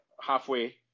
halfway